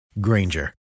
Granger